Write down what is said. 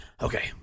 Okay